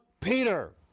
Peter